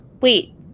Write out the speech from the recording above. wait